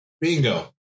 bingo